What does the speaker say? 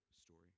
story